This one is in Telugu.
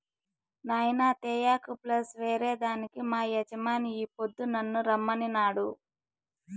నాయినా తేయాకు ప్లస్ ఏరే దానికి మా యజమాని ఈ పొద్దు నన్ను రమ్మనినాడు